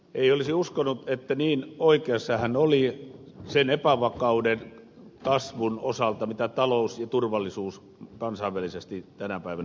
ei olisi uskonut että niin oikeassa hän oli sen epävakauden kasvun osalta mitä talous ja turvallisuus kansainvälisesti tänä päivänä edustaa